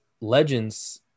legends